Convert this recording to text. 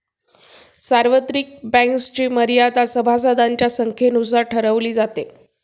सार्वत्रिक बँक्सची मर्यादा सभासदांच्या संख्येनुसार ठरवली जाते